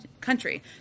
country